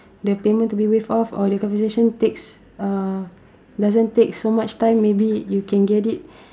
the payment to be waived off or the compensation takes uh doesn't take so much time maybe you can get it